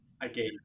Again